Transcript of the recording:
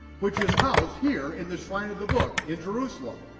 which is housed here in the shrine of the book in jerusalem.